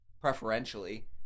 preferentially